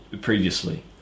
Previously